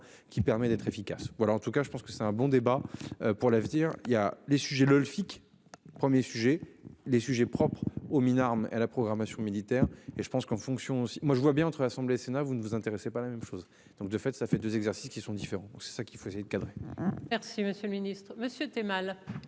qui permet d'être efficace. Voilà en tout cas je pense que c'est un bon débat pour l'avenir. Il y a les sujets le le FICC 1er sujet les sujets propres aux mines, armes à la programmation militaire et je pense qu'en fonction aussi moi je vois bien entre Assemblée Sénat vous ne vous intéressez pas la même chose donc de fait, ça fait deux exercices qui sont différents. C'est ça qui faisait de cadrer. Merci Monsieur le Ministre, Monsieur